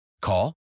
Call